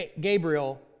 Gabriel